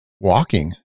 walking